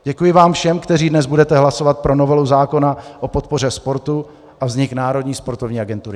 Děkuji vám všem, kteří dnes budete hlasovat pro novelu zákona o podpoře sportu a vznik Národní sportovní agentury.